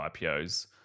IPOs